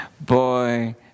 boy